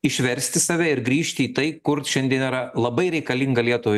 išversti save ir grįžti į tai kur šiandien yra labai reikalinga lietuvai